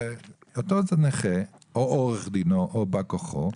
או עורך דינו או בא כוחו,